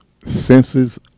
senses